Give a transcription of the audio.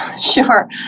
Sure